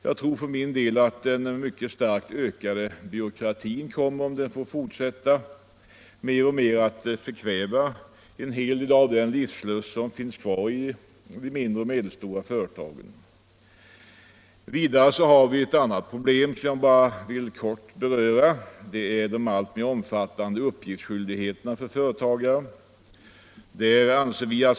Jag tror för min del att om den mycket starkt ökade byråkratiseringen får fortsätta att växa kommer den att förkväva en hel del av den livslust som finns kvar i de mindre och medelstora företagen. Ett annat problem som jag helt kort vill beröra är den alltmer omfattande uppgiftsskyldigheten för företagare.